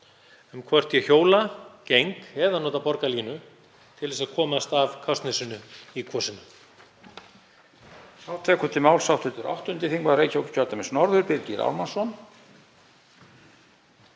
um hvort ég hjóla, geng eða nota borgarlínu til að komast af Kársnesinu í Kvosina.